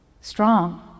strong